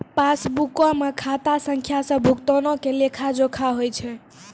पासबुको मे खाता संख्या से भुगतानो के लेखा जोखा होय छै